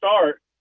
start